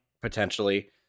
potentially